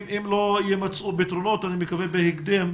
אם לא יימצאו פתרונות, אני מקווה בהקדם,